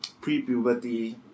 pre-puberty